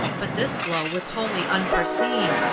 but this blow was wholly unforeseen,